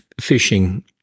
fishing